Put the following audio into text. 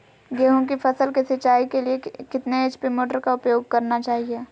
गेंहू की फसल के सिंचाई के लिए कितने एच.पी मोटर का उपयोग करना चाहिए?